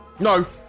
no